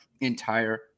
entire